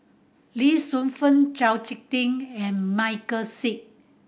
Lee Shu Fen Chau Sik Ting and Michael Seet